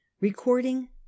Recording